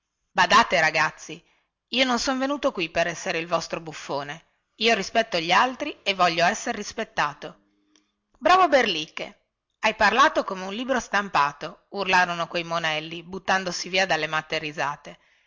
badate ragazzi io non son venuto qui per essere il vostro buffone io rispetto gli altri e voglio essere rispettato bravo berlicche hai parlato come un libro stampato urlarono quei monelli buttandosi via dalle matte risate